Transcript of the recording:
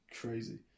crazy